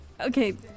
okay